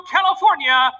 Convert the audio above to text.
California